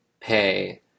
pay